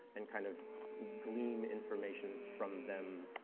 and kind of glean information from them